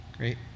Great